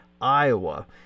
iowa